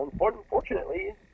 unfortunately